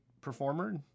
performer